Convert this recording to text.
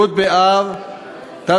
י' באב התשע"ג,